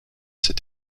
cet